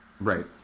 right